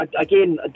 again